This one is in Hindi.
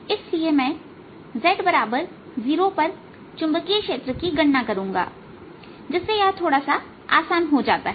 इसलिए मैं z0 पर चुंबकीय क्षेत्र की गणना करूंगा जिससे यह थोड़ा आसान हो जाता है